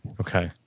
Okay